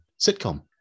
sitcom